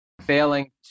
failing